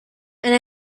and